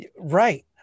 Right